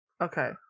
Okay